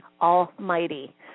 Almighty